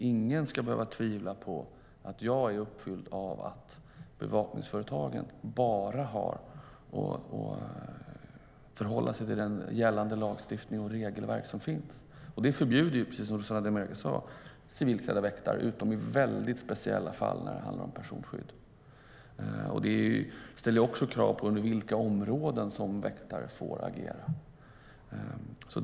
Ingen ska behöva tvivla på att jag är uppfylld av att bevakningsföretagen bara har att förhålla sig till gällande lagstiftning och de regelverk som finns. Precis som Rossana Dinamarca säger förbjuder det civilklädda väktare, utom i väldigt speciella fall när det handlar om personskydd. Det ställer också krav på vilka områden väktare får agera på.